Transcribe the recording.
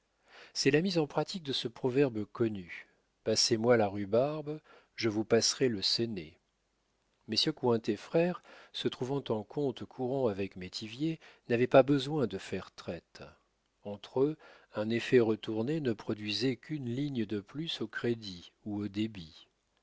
c'est la mise en pratique de ce proverbe connu passez-moi la rhubarbe je vous passerai le séné messieurs cointet frères se trouvant en compte courant avec métivier n'avaient pas besoin de faire traite entre eux un effet retourné ne produisait qu'une ligne de plus au crédit ou au débit